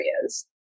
areas